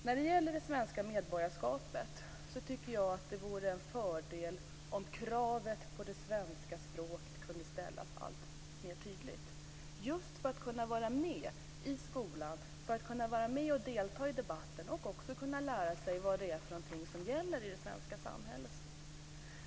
När det gäller det svenska medborgarskapet tycker jag att det vore en fördel om kravet på svenska språket kunde ställas allt tydligare, just för att kunna vara med i skolan och för att kunna vara med och delta i debatten och också kunna lära sig vad som gäller i det svenska samhället.